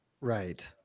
Right